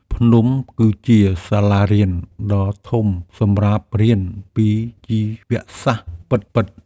ភ្នំគឺជាសាលារៀនដ៏ធំសម្រាប់រៀនពីជីវសាស្ត្រពិតៗ។